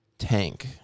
Tank